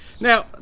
Now